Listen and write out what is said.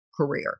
career